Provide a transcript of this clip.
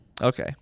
Okay